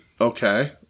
Okay